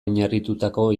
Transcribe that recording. oinarritututako